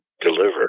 deliver